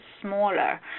smaller